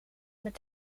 met